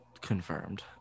confirmed